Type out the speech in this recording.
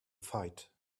fight